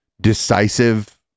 decisive